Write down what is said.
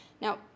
Now